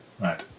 right